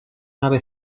nave